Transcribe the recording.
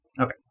Okay